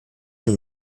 und